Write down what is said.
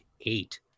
eight